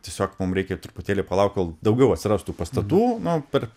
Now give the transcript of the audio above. tiesiog mum reikia truputėlį palauk kol daugiau atsiras tų pastatų nu per